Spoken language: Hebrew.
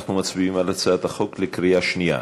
אנחנו מצביעים על הצעת החוק בקריאה שנייה.